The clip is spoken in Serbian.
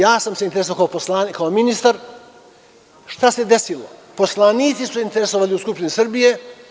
Ja sam se interesovao kao ministar šta se desilo, a i poslanici su se interesovali u Skupštini Srbije.